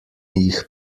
jih